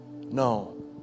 no